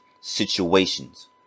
situations